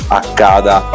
accada